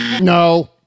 no